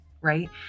right